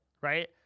right